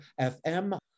FM